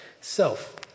self